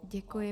Děkuji.